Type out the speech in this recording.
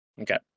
Okay